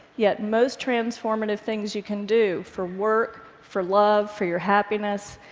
yet most transformative, things you can do for work, for love, for your happiness,